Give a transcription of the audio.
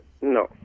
No